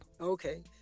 Okay